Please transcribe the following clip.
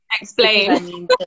explain